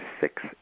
six